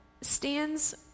stands